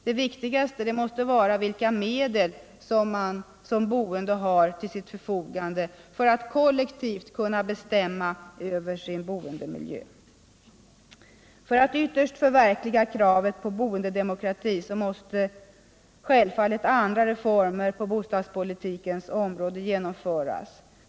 Det viktigaste måste vara vilka medel som de boende har till sitt förfogande för att kollektivt kunna bestämma över sin boendemiljö. För att ytterst förverkliga kravet på boendedemokrati måste självfallet andra reformer på bostadspolitikens område genomföras.